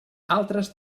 altres